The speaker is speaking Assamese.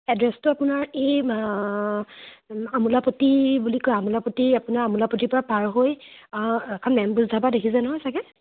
এড্ৰেছটো আপোনাৰ এই আমোলাপট্টি বুলি কয় আমোলাপট্টি আপোনাৰ আমোলাপট্টিৰপৰা পাৰ হৈ এখন মেম্বুজ ধাবা দেখিছে নহয় চাগে